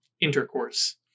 intercourse